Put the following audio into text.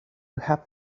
have